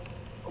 okay